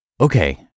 Okay